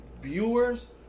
viewers